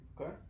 Okay